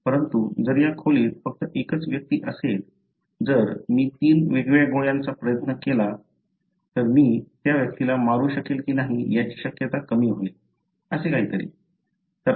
परंतु जर या खोलीत फक्त एकच व्यक्ती असेल जर मी तीन वेगवेगळ्या गोळ्यांचा प्रयत्न केला तर मी त्या व्यक्तीला मारू शकेन की नाही याची शक्यता कमी होईल असे काहीतरी